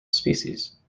species